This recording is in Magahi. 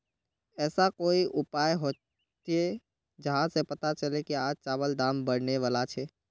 ऐसा कोई उपाय होचे जहा से पता चले की आज चावल दाम बढ़ने बला छे?